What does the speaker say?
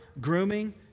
grooming